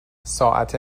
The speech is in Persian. ساعت